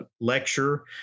lecture